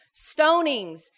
stonings